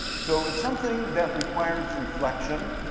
so it's something that requires reflection,